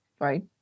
right